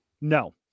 No